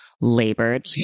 labored